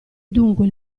dunque